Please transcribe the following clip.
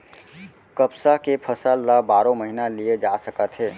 कपसा के फसल ल बारो महिना लिये जा सकत हे